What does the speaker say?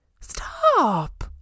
Stop